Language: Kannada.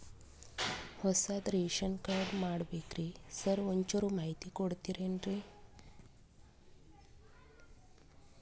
ಹೊಸದ್ ರೇಶನ್ ಕಾರ್ಡ್ ಮಾಡ್ಬೇಕ್ರಿ ಸಾರ್ ಒಂಚೂರ್ ಮಾಹಿತಿ ಕೊಡ್ತೇರೆನ್ರಿ?